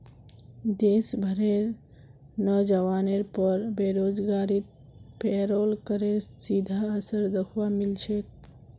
देश भरेर नोजवानेर पर बेरोजगारीत पेरोल करेर सीधा असर दख्वा मिल छेक